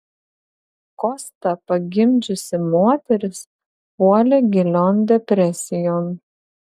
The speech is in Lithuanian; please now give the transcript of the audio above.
kostą pagimdžiusi moteris puolė gilion depresijon